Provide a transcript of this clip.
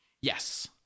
Yes